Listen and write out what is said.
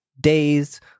days